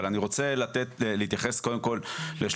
אבל אני רוצה להתייחס קודם כל לשלושה